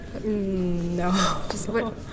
No